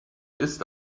ist